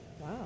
Wow